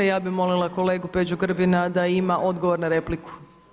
Ja bih molila kolegu Peđu Grbina da ima odgovor na repliku.